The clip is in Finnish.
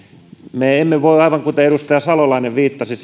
me emme voi aivan kuten edustaja salolainen viittasi